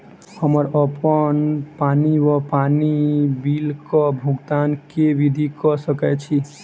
हम्मर अप्पन पानि वा पानि बिलक भुगतान केँ विधि कऽ सकय छी?